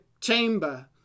chamber